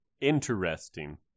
Interesting